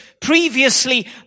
previously